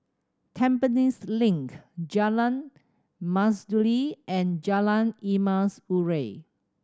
Tampines Link Jalan Mastuli and Jalan Emas Urai